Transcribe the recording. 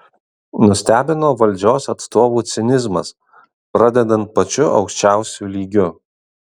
nustebino valdžios atstovų cinizmas pradedant pačiu aukščiausiu lygiu